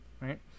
right